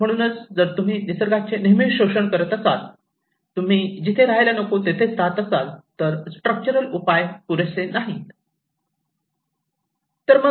म्हणूनच जर तुम्ही निसर्गाचे नेहमीच शोषण करीत असाल तुम्ही जिथे रहायला नको तेथेच राहत असाल तर स्ट्रक्चरल उपाय पुरेसे नाहीत